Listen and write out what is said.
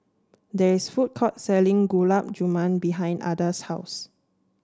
there is a food court selling Gulab Jamun behind Adda's house